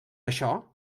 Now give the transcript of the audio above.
això